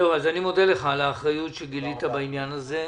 אז אני מודה לך על האחריות שגילית בעניין הזה.